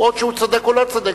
או שהוא צודק או שהוא לא צודק.